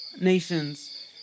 nations